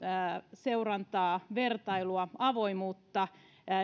seurantaa vertailua avoimuutta